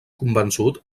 convençut